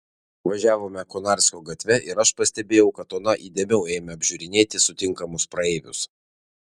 važiavome konarskio gatve ir aš pastebėjau kad ona įdėmiau ėmė apžiūrinėti sutinkamus praeivius